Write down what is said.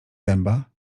dęba